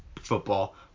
football